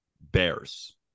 Bears